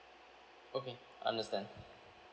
okay understand